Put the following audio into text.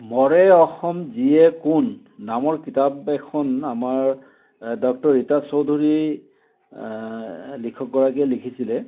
মৰে অসম জীয়ে কোন নামৰ কিতাপ এখন আমাৰ ডক্টৰ ৰীতা চৌধুৰী লিখকগৰাকীয়ে লিখিছিলে